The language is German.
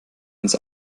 ins